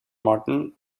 martin